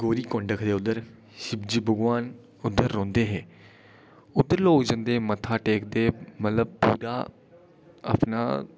गौरी कुंड हा उद्धर शिवजी भगवान उद्धर रौंह्दे हे उद्धर लोक जंदे मत्था टेकदे मतलब ओह्दा अपना